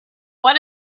what